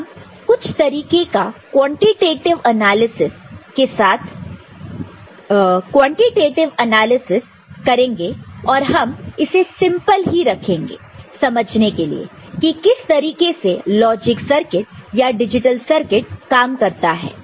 तो हम कुछ तरीके का क्वांटिटेटीव एनालिसिस करेंगे और हम इसे सिंपल ही रखेंगे समझने के लिए कि किस तरीके से लॉजिक सर्किट या डिजिटल सर्किट काम करता है